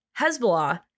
Hezbollah